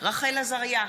רחל עזריה,